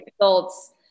results